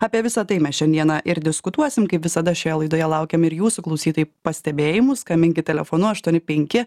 apie visa tai mes šiandieną ir diskutuosim kaip visada šioje laidoje laukėm ir jūsų klausytojai pastebėjimų skambinkit telefonu aštuoni penki